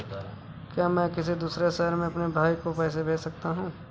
क्या मैं किसी दूसरे शहर में अपने भाई को पैसे भेज सकता हूँ?